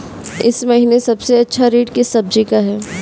इस महीने सबसे अच्छा रेट किस सब्जी का है?